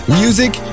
music